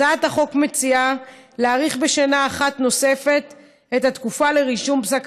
הצעת החוק מציעה להאריך בשנה אחת נוספת את התקופה לרישום פסק